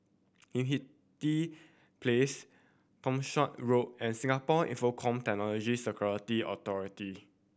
Hindhede Place Townshend Road and Singapore Infocomm Technology Security Authority